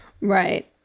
right